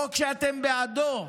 חוק שאתם בעדו.